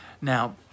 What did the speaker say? Now